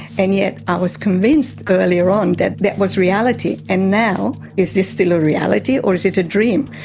and yet i was convinced earlier on that that was reality, and now is this still a reality or is it a dream?